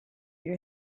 you